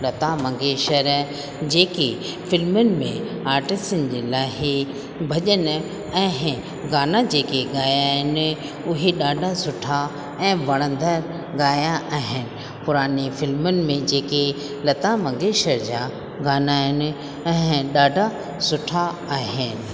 लता मंगेशर जेकी फ़िल्मुनि में आर्टिसनि जे लाहे भॼन ऐं गाना जेके ॻाया आहिनि उहे ॾाढा सुठा ऐं वणंदड़ ॻाया आहिनि पुराणी फ़िल्मुनि में जेके लता मंगशेर जा गाना आहिनि ऐं ॾाढा सुठा आहिनि